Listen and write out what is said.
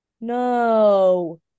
No